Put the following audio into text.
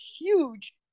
huge